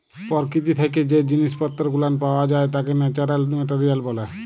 পরকীতি থাইকে জ্যে জিনিস পত্তর গুলান পাওয়া যাই ত্যাকে ন্যাচারাল মেটারিয়াল ব্যলে